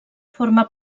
forma